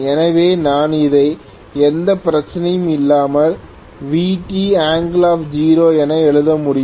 எனவே நான் அதை எந்த பிரச்சனையும் இல்லாமல் Vt0 என எழுத முடியும்